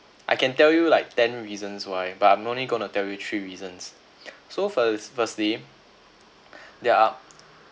I can tell you like ten reasons why but I'm only gonna tell you three reasons so first firstly they are